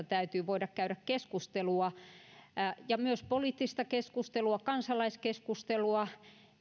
täytyy voida käydä keskustelua ja myös poliittista keskustelua kansalaiskeskustelua